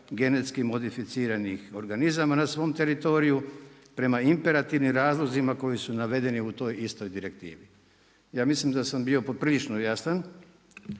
teritorija od mogućeg uzgoja GMO-a na svom teritoriju prema imperativnim razlozima koji su navedeni u toj istoj direktivi. Ja mislim da sam bio poprilično jasan